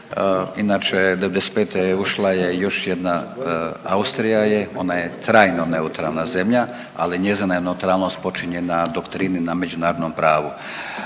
Inače, '95. ušla je još jedna, Austrija je, ona je trajno neutralna zemlja, ali njezina neutralnost počinje na doktrini na međunarodnom pravu.